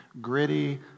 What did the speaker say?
gritty